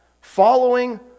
following